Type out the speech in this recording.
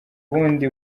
ubundi